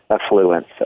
affluence